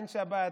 אין שבת,